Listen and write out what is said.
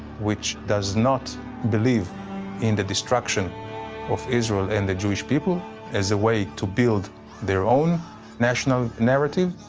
which does not believe in the destruction of israel and the jewish people as a way to build their own national narrative,